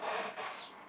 it's